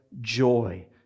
joy